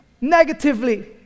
negatively